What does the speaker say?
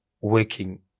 working